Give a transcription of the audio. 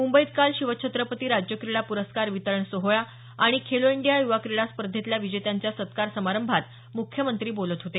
मुंबईत काल शिवछत्रपती राज्य क्रीडा पुरस्कार वितरण सोहळा आणि खेलो इंडिया युवा क्रिडा स्पर्धेतल्या विजेत्यांच्या सत्कार संमारंभात मुख्यमंत्री बोलत होते